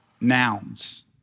Nouns